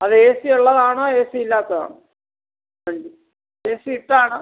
അത് A C ഉള്ളതാണോ A C ഇല്ലാത്തതാണോ A C ഇഷ്ടമാണ്